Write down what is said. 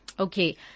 Okay